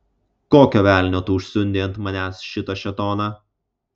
kokio velnio tu užsiundei ant manęs šitą šėtoną